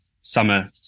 summer